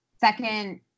second